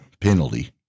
penalty